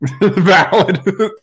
valid